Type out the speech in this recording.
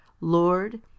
Lord